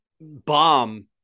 bomb